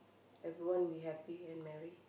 everyone be happy and marry